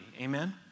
Amen